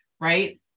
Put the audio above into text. right